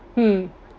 mm